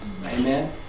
Amen